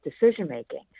decision-making